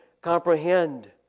comprehend